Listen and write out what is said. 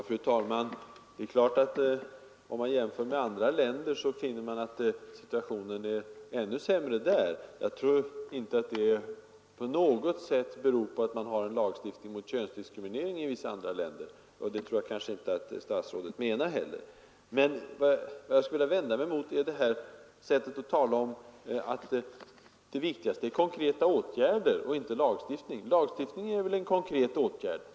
Fru talman! Om man jämför med andra länder kan man naturligtvis finna att situationen är ännu sämre där. Jag tror inte att det i så fall beror på att man i de länderna har lagstiftning mot könsdiskriminering, och det kanske statsrådet inte menade heller. Men jag vänder mig mot talet om, att det viktigaste är konkreta åtgärder och inte lagstiftning. Lagstiftning är väl en konkret åtgärd?